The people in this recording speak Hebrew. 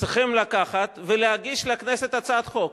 צריכים לקחת ולהגיש לכנסת הצעת חוק,